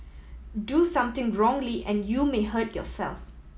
do something wrongly and you may hurt yourself